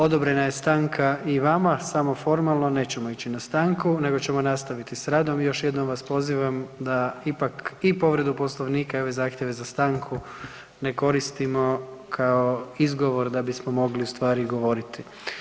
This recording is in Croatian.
Odobrena je stanka i vama samo formalno, nećemo ići na stanku nego ćemo nastaviti s radom i još jednom vas pozivam da ipak i povredu Poslovnika i ove zahtjeve za stanku ne koristimo kao izgovor da bismo mogli u stvari govoriti.